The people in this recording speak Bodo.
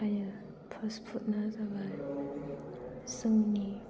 थायो फास्ट फुड ना जाबाय जोंनि